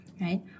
right